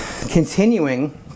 continuing